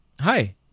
Hi